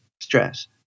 stress